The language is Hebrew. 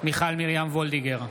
מיכל מרים וולדיגר,